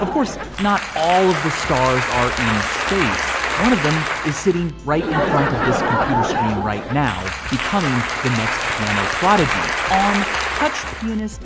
of course not all of the stars are in space. one of them is sitting right in front of this computer screen right now becoming the next piano prodigy on touchpianist